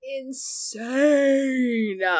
insane